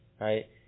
Right